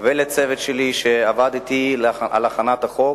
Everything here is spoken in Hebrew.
ולצוות שלי שעבד אתי על הכנת החוק.